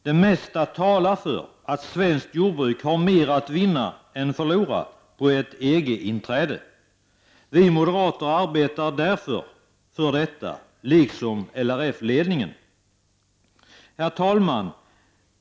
Det mesta talar för att svenskt jordbruk har mer att vinna än förlora på ett EG-inträde. Vi moderater, liksom LRF-ledningen, arbetar därför för ett sådant. Herr talman!